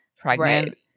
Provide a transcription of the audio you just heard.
pregnant